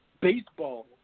baseball